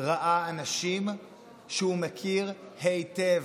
ראה אנשים שהוא מכיר היטב,